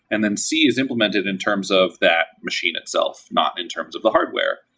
and mmc is implemented in terms of that machine itself, not in terms of the hardware,